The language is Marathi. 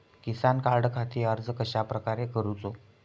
किसान कार्डखाती अर्ज कश्याप्रकारे करूचो?